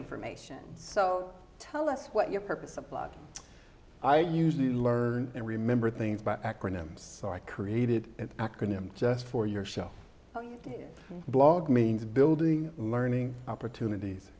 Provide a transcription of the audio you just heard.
information so tell us what your purpose of blog i usually learn and remember things by acronyms so i created an acronym just for yourself blog means building learning opportunities